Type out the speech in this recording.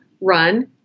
run